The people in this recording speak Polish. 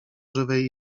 żywej